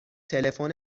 تلفن